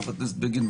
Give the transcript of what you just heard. חבר הכנסת בגין,